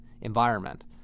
environment